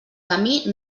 camí